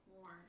more